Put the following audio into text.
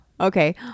okay